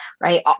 right